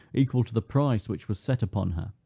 equal to the price which was set upon her,